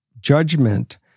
judgment